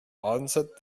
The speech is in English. answered